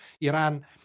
Iran